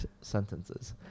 sentences